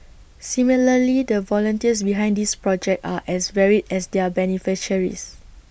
similarly the volunteers behind this project are as varied as their beneficiaries